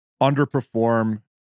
underperform